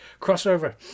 Crossover